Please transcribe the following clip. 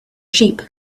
sheep